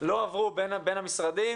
לא עברו בין המשרדים.